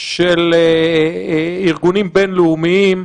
של ארגונים בין-לאומיים,